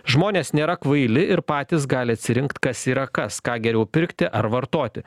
žmonės nėra kvaili ir patys gali atsirinkt kas yra kas ką geriau pirkti ar vartoti